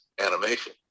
animation